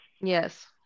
Yes